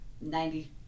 ninety